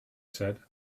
said